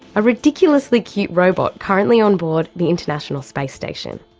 a ridiculously cute robot currently on board the international space station.